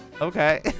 Okay